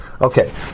Okay